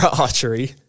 archery